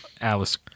Alice